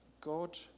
God